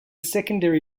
secondary